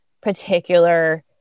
particular